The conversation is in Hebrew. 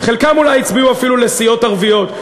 חלקם אולי הצביעו אפילו לסיעות ערביות,